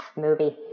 Movie